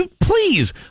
Please